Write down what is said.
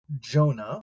Jonah